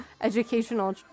educational